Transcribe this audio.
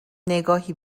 نگاهی